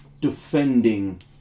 defending